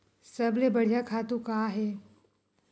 सबले बढ़िया खातु का हे?